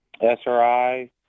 SRI